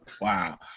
Wow